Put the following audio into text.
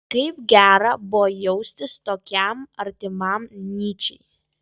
kaip gera buvo jaustis tokiam artimam nyčei